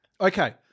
Okay